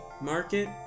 market